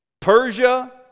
Persia